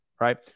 right